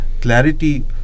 clarity